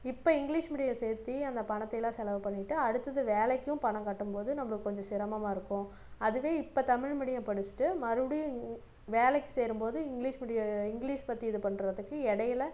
இப்போ English medium சேர்த்தி அந்த பணத்தையெலாம் செலவு பண்ணிவிட்டு அடுத்தது வேலைக்கும் பணம் கட்டும்போது நம்பளுக்கு கொஞ்சம் சிரமமாக இருக்கும் அதுவே இப்போ தமிழ் மீடியம் படிச்சுட்டு மறுபடியும் வேலைக்கு சேரும்போது இங்கிலீஷ் மீடியம் இங்கிலீஷ் பற்றி இது பண்ணுறதுக்கு இடையில